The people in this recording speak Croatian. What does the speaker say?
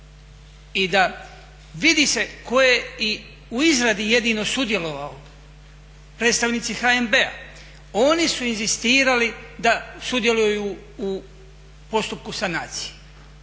i da vidi se tko je i u izradi jedino sudjelovao. Predstavnici HNB-a oni su inzistirali da sudjeluju u postupku sanacije.